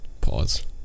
Pause